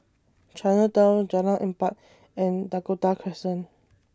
Chinatown Jalan Empat and Dakota Crescent